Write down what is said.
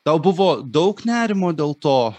tau buvo daug nerimo dėl to